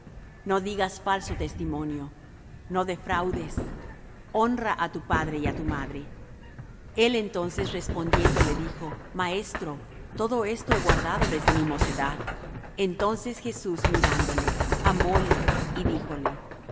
no digas falso testimonio no defraudes honra á tu padre y á tu madre el entonces respondiendo le dijo maestro todo esto he guardado desde mi mocedad entonces jesús mirándole amóle y díjole